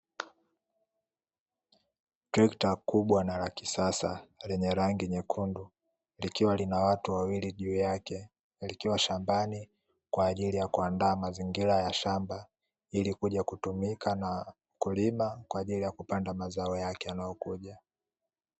Tretka kubwa na la kisasa lenye rangi nyekundu likiwa na watu wawili juu yake likiwa shambani kwa ajili ya kuandaa mazingira ya shamba ili kutumika, kulima na kupanda mazao yake yanayokuja.